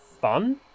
fun